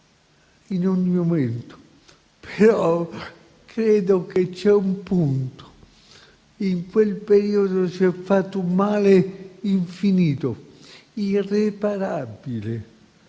in ogni momento, però credo che ci sia un punto: in quel periodo, si è fatto un male infinito, irreparabile;